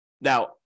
Now